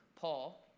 Paul